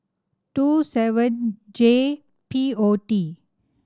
two seven J P O T